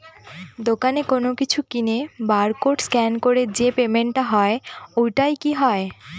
দোকানে কোনো কিছু কিনে বার কোড স্ক্যান করে যে পেমেন্ট টা হয় ওইটাও কি হয়?